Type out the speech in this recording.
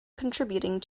contributing